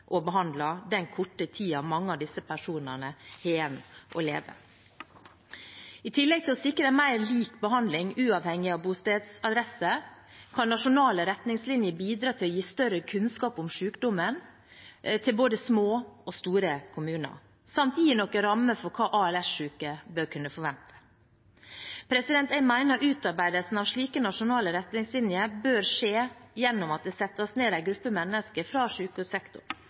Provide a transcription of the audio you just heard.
og behandlet, den korte tiden mange av disse personene har igjen å leve. I tillegg til å sikre en mer lik behandling, uavhengig av bostedsadresse, kan nasjonale retningslinjer bidra til å gi større kunnskap om sykdommen til både små og store kommuner samt gi noen rammer for hva ALS-syke bør kunne forvente. Jeg mener at utarbeidelsen av slike nasjonale retningslinjer bør skje gjennom at det settes ned en gruppe bestående av mennesker fra